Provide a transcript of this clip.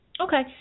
Okay